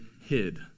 hid